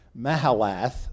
Mahalath